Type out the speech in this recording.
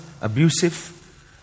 abusive